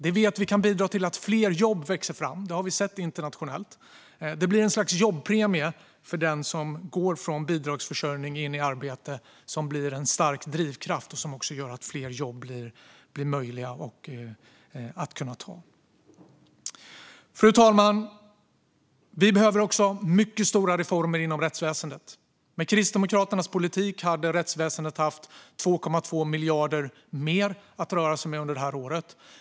Detta vet vi kan bidra till att fler jobb växer fram - det har vi sett internationellt. Det blir ett slags jobbpremie för den som går från bidragsförsörjning in i arbete, vilket blir en stark drivkraft och också gör att fler jobb blir möjliga att ta. Fru talman! Vi behöver också mycket stora reformer inom rättsväsendet. Med Kristdemokraternas politik hade rättsväsendet haft 2,2 miljarder mer att röra sig med under det här året.